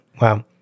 Wow